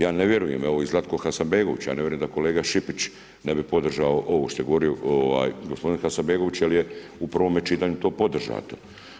Ja ne vjerujem, evo i Zlatko Hasanbegović, ja ne vjerujem da kolega Šipić ne bi podržao ovu što je govorio gospodin Hasanbegović, ali je u prvom čitanju to podržano.